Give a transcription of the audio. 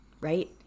Right